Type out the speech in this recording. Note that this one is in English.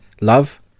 love